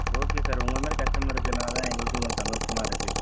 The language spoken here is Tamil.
ஓகே சார் உங்களை மாதிரி கஸ்டமர் இருக்கிறதுனால தான் எங்களுக்கும் கொஞ்சம் சந்தோசமாக இருக்குது